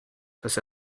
dass